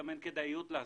גם אין כדאיות לעשות,